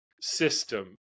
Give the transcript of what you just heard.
system